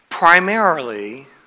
Primarily